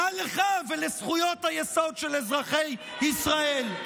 מה לך ולזכויות היסוד של אזרחי ישראל?